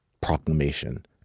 proclamation